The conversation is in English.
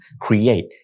create